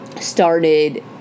started